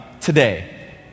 today